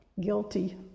Guilty